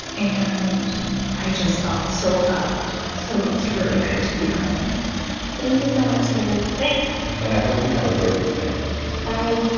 and i just felt so loved, so it was really good to be home thank you so much, sam thanks and i hope you have a great weekend bye